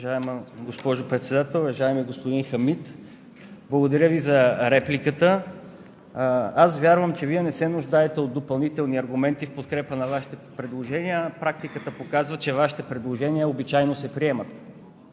Уважаема госпожо Председател! Уважаеми господин Хамид, благодаря Ви за репликата. Аз вярвам, че Вие не се нуждаете от допълнителни аргументи в подкрепа на Вашите предложения. Практиката показва, че Вашите предложения обичайно се приемат.